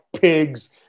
Pigs